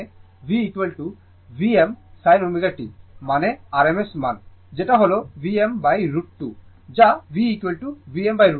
তার মানে V V Vm sin ω t মানে rms মান হল Vm√ 2 যা V Vm√ 2